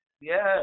yes